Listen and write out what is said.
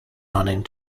running